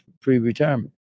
pre-retirement